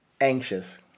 anxious